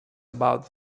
about